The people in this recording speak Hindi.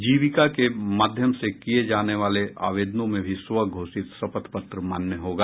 जीविका के माध्यम से किये जाने वाले आवेदनों में भी स्व घोषित शपथ पत्र मान्य होगा